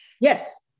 Yes